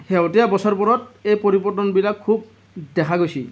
শেহতীয়া বছৰবোৰত এই পৰিৱৰ্তনবিলাক খুব দেখা গৈছে